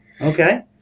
Okay